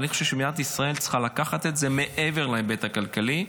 אבל אני חושב שמדינת ישראל צריכה לקחת את זה מעבר להיבט הכלכלי,